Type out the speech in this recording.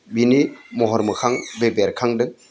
बिनि महर मोखां बे बेरखांदों